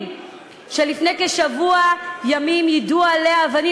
שלה שלפני כשבוע ימים יידו עליה אבנים,